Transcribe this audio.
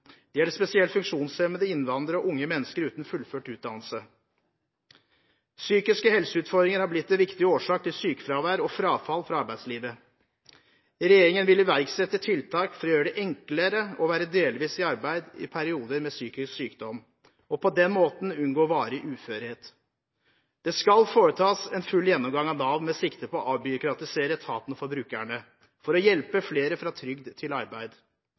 Det gjelder spesielt funksjonshemmede, innvandrere og unge mennesker uten fullført utdannelse. Psykiske helseutfordringer har blitt en viktig årsak til sykefravær og frafall fra arbeidslivet. Regjeringen vil iverksette tiltak for å gjøre det enklere å være delvis i arbeid i perioder med psykisk sykdom, og på den måten unngå varig uførhet. Det skal foretas en full gjennomgang av Nav med sikte på å avbyråkratisere etaten for brukerne for å hjelpe flere fra trygd til arbeid.